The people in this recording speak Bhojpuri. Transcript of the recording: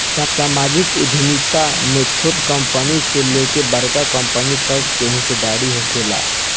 सामाजिक उद्यमिता में छोट कंपनी से लेकर बड़ कंपनी तक के हिस्सादारी होखेला